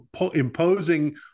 imposing